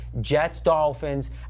Jets-Dolphins